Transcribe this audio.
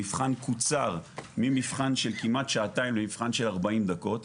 המבחן קוצר ממבחן של כמעט שעתיים למבחן של 40 דקות.